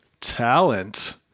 talent